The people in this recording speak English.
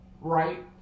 Right